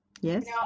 Yes